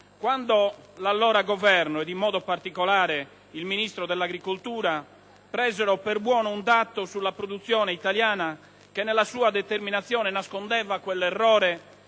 quando l'allora Governo - ed in modo particolare il Ministro dell'agricoltura - presero per buono un dato sulla produzione italiana che, nella sua determinazione, nascondeva quell'errore